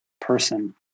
person